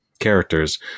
characters